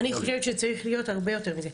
אני חושבת שצריך להיות הרבה יותר מזה,